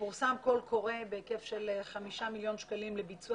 פורסם קול קורא בהיקף של חמישה מיליון שקלים לביצוע